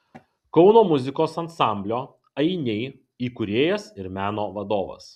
kauno muzikos ansamblio ainiai įkūrėjas ir meno vadovas